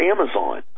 Amazon